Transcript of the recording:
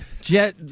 jet